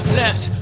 left